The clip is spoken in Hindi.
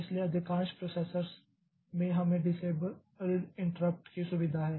इसलिए अधिकांश प्रॉसेसर्स में हमे डिसेबल्ड इंट्रप्ट की सुविधा है